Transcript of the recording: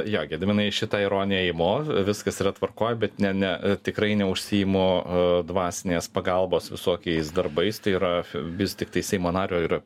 jo gediminai šitą ironiją imu viskas yra tvarkoj bet ne ne tikrai neužsiimu dvasinės pagalbos visokiais darbais tai yra vis tiktai seimo nario yra